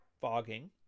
Fogging